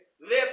Lift